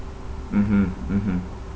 mmhmm mmhmm